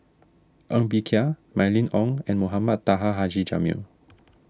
Ng Bee Kia Mylene Ong and Mohamed Taha Haji Jamil